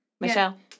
Michelle